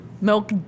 Milk